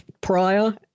prior